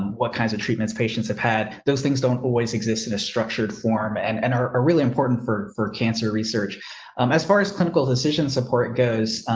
what kinds of treatments patients have had those things don't always exists in a structured form and and are are really important for for cancer research um as far as clinical decision support goes.